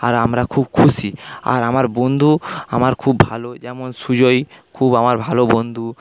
আর আমরা খুব খুশি আর আমার বন্ধু আমার খুব ভালো যেমন সুজয় খুব আমার ভালো বন্ধু